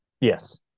Yes